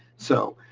so